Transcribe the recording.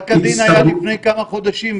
פסק הדין היה לפני כמה חודשים,